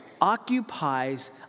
Occupies